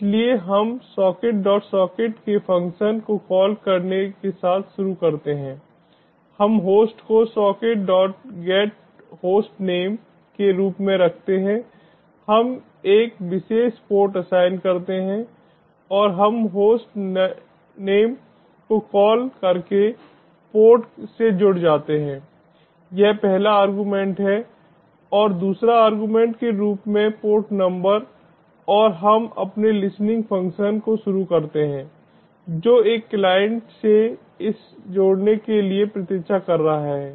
इसलिए हम socketsocket के फ़ंक्शन को कॉल करने के साथ शुरू करते हैं हम होस्ट को socketgethostname के रूप में रखते हैं हम एक विशेष पोर्ट असाइन करते हैं और हम होस्ट नाम को कॉल करके पोर्ट से जुड़ जाते हैं यह पहला आर्गुमेंट है और दूसरा आर्गुमेंट के रूप में पोर्ट नंबर और हम अपने लिसनिंग फंक्शन को शुरू करते हैं जो एक क्लाइंट से इसे जोड़ने के लिए प्रतीक्षा करता है